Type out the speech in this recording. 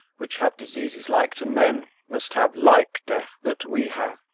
which have diseases like to men, must have like death that we have.